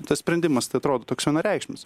tas sprendimas tai atrodo toks vienareikšmis